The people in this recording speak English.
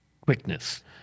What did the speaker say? quickness